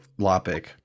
Lopic